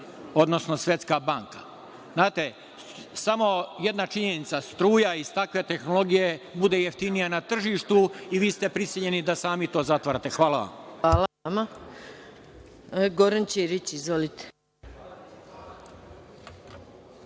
odnosno Svetska banka. Samo jedna činjenica, struja iz takve tehnologije bude jeftinija na tržištu i vi ste prisiljeni da sami to zatvarate. Hvala vam. **Maja Gojković** Hvala